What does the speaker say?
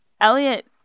Elliot